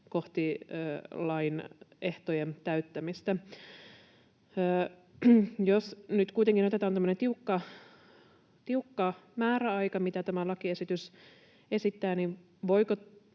kohti lain ehtojen täyttämistä. Jos nyt kuitenkin otetaan tämmöinen tiukka määräaika, mitä tämä lakiesitys esittää, niin voiko